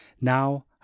Now